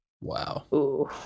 Wow